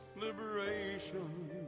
liberation